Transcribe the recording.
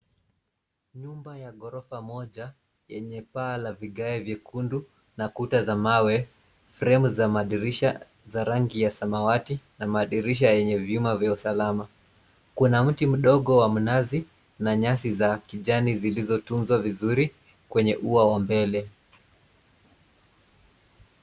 Nyumba ya ghorofa moja yenye paa la vigae vyekundu na kuta za mawe, fremu za madirisha za rangi ya samawati na madirisha yenye vyuma vya usalama. Kuna mti mdogo wa mnazi na nyasi za kijani zilizotunzwa vizuri kwenye ua wa mbele.